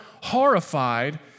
horrified